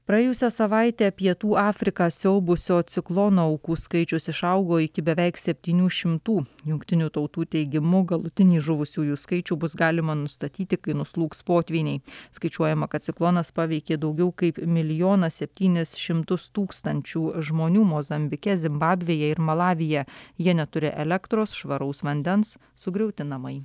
praėjusią savaitę pietų afriką siaubusio ciklono aukų skaičius išaugo iki beveik septynių šimtų jungtinių tautų teigimu galutinį žuvusiųjų skaičių bus galima nustatyti kai nuslūgs potvyniai skaičiuojama kad ciklonas paveikė daugiau kaip milijoną septynis šimtus tūkstančių žmonių mozambike zimbabvėje ir malavyje jie neturi elektros švaraus vandens sugriauti namai